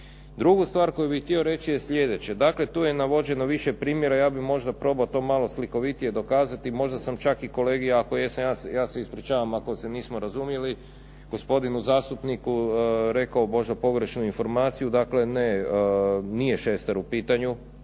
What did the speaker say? Drugu stvar koju bih htio reći je slijedeće. Dakle tu je navođeno više primjera, ja bih možda probao to malo slikovitije dokazati, možda sam čak i kolegi, ako jesam, ja se ispričavam ako se nismo razumjeli, gospodinu zastupniku rekao možda pogrešnu informaciju. Dakle ne, nije šestar u pitanju,